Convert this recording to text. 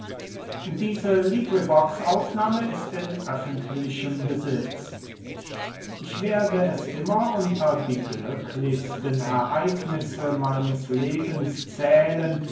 viii aristipp an hippias ich werde es immer unter die glücklichsten ereignisse meines lebens zählen